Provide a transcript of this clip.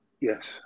Yes